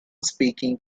speaking